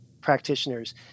practitioners